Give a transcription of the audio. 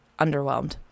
underwhelmed